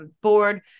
board